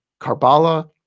Karbala